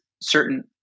certain